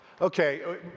Okay